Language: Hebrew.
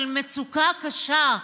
של מצוקה קשה.